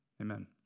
amen